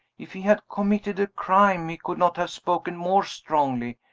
if he had committed a crime he could not have spoken more strongly.